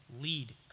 lead